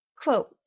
Quote